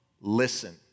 listen